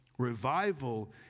Revival